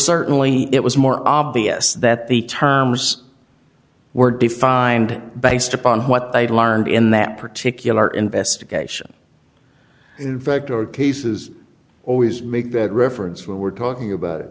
certainly it was more obvious that the terms were defined based upon what they learned in that particular investigation in fact or cases always make that reference we were talking